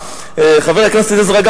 חבר הכנסת עזרא,